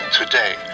today